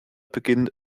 beginnt